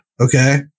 Okay